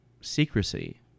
secrecy